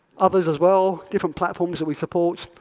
others as well, different platforms that we support,